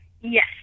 Yes